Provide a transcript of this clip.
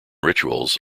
rituals